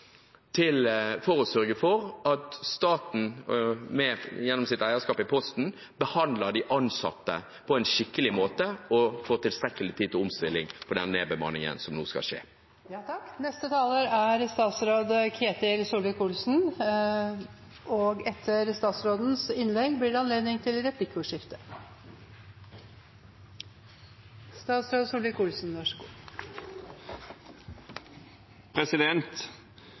for å sørge for at staten, gjennom sitt eierskap i Posten, behandler de ansatte på en skikkelig måte og gir dem tilstrekkelig tid til omstilling for den nedbemanningen som nå skal skje. Det å sikre god kommunikasjon i samfunnet er viktig. Posten har spilt og spiller en viktig rolle i så måte. Det å kunne skrive brev til